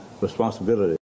responsibility